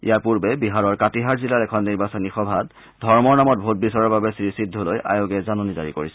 ইয়াৰ পূৰ্বে বিহাৰৰ কাটিহাৰ জিলাৰ এখন নিৰ্বাচনী সভাত ধৰ্মৰ নামত ভোট বিচৰাৰ বাবে শ্ৰী সিদ্ধুলৈ আয়োগে জাননী জাৰি কৰিছিল